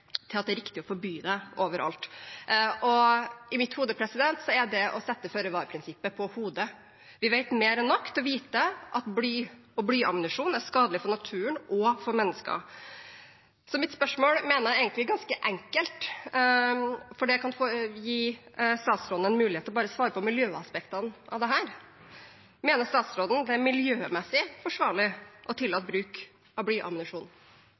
skadelig at det er riktig å forby det overalt. I mitt hode er det å sette føre-var-prinsippet på hodet. Vi vet mer enn nok til å vite at bly og blyammunisjon er skadelig for naturen og for mennesker. Så mitt spørsmål mener jeg egentlig er ganske enkelt, for det kan gi statsråden en mulighet til bare å svare på miljøaspektene av dette: Mener statsråden det er miljømessig forsvarlig å tillate bruk av blyammunisjon? Ut frå ei reint miljøfagleg vurdering vil kvart utslepp av bly i naturen ikkje vere å